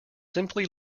simply